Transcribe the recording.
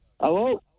Hello